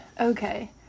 okay